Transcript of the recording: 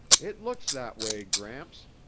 it looks that way, gramps,